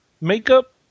Makeup